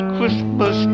Christmas